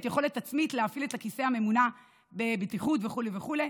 יכולת עצמית להפעיל את הכיסא הממונע בבטיחות וכו' וכו'.